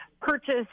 purchase